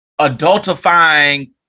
adultifying